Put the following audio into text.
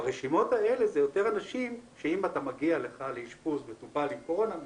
ברשימות האלה אם מגיע אליך לאשפוז מטופל עם קורונה,